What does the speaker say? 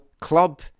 club